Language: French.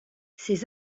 ces